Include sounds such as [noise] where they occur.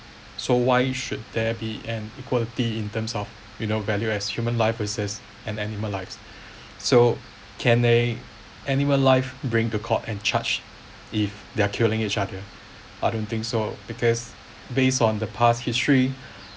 so why should there be an equality in terms of you know value as human life as is an animal lives [breath] so can a animal life bring to court and charge if they're killing each other I don't think so because based on the past history [breath] [breath]